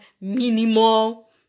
minimal